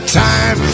time